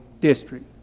district